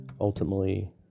ultimately